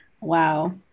wow